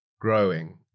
growing